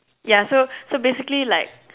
yeah so so basically like